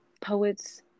Poets